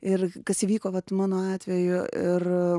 ir kas įvyko vat mano atveju ir